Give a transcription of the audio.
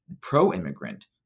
pro-immigrant